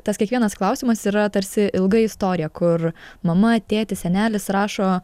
tas kiekvienas klausimas yra tarsi ilga istorija kur mama tėtis senelis rašo